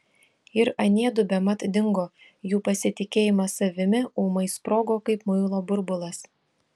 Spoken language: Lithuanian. ir aniedu bemat dingo jų pasitikėjimas savimi ūmai sprogo kaip muilo burbulas